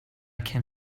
can